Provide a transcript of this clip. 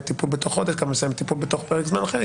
טיפול בתוך חודש או בתוך פרק זמן אחר.